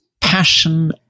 passion